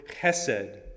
chesed